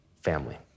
family